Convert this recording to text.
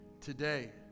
today